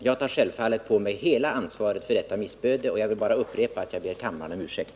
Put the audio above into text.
Jag tar självfallet på mig hela ansvaret för detta missöde, och jag vill bara upprepa att jag ber kammaren om ursäkt.